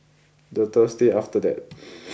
the Thursday after that